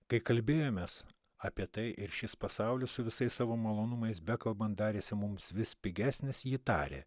kai kalbėjomės apie tai ir šis pasaulis su visais savo malonumais bekalbant darėsi mums vis pigesnis ji tarė